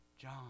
John